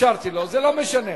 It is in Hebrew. אפשרתי לו, זה לא משנה.